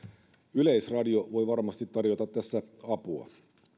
yleisradio voi varmasti tarjota tässä apua